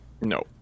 No